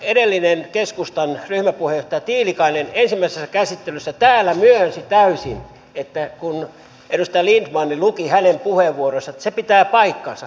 edellinen keskustan ryhmäpuheenjohtaja tiilikainen ensimmäisessä käsittelyssä täällä myönsi täysin kun edustaja lindtman luki puheenvuoronsa että se pitää paikkansa